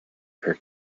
per